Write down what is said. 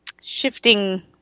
shifting